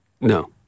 No